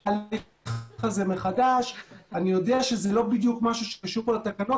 אני יודע שזה לא בדיוק משהו שקשור לתקנות